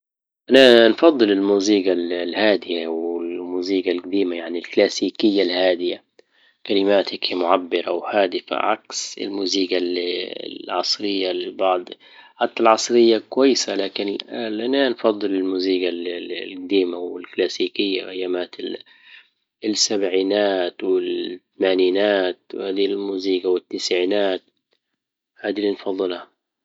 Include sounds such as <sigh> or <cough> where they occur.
انا نفضل المزيجا الهادية والمزيجا الجديمة يعني الكلاسيكية الهادئة كلماتكا معبرة وهادفة عكس المزيجا العصرية لبعض <hesitation> حتى العصرية كويسة لكن انا نفضل المزيجة القديمة والكلاسيكية ايامات السبعينات والتمانينات وهذي الموسيقى والتسعينات هذي اللي نفضلها